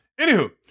Anywho